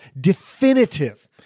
definitive